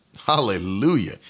Hallelujah